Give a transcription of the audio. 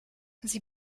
sie